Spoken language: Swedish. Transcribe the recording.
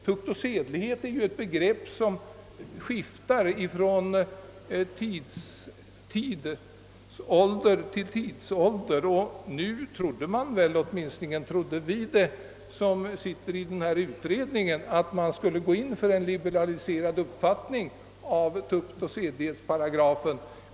Tukt och sedlighetsbegreppet skiftar ju från tidsålder till tidsålder och man har väl trott — åtminstone har vi i utredningen gjort det — att en liberalisering skulle kunna ske av tukt och sedlighetsparagrafen.